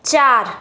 চার